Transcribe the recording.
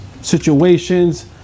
situations